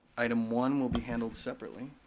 item one will be handled separately.